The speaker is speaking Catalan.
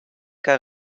que